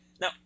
now